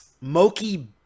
Moki